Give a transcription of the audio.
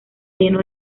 lleno